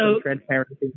transparency